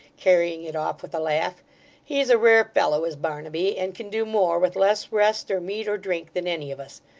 carrying it off with a laugh he's a rare fellow is barnaby, and can do more, with less rest, or meat, or drink, than any of us.